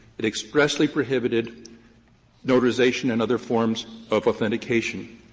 it expressly prohibited notarization and other forms of authentication.